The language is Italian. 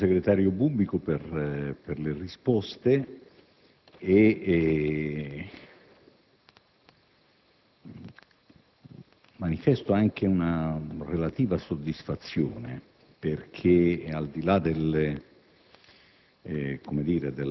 il sottosegretario Bubbico per le risposte e manifesto anche una relativa soddisfazione perché, al di là della